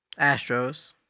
Astros